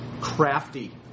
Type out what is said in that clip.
crafty